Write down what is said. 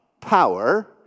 power